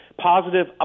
positive